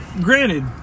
granted